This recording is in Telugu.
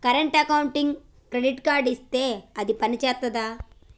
కరెంట్ అకౌంట్కి క్రెడిట్ కార్డ్ ఇత్తే అది పని చేత్తదా?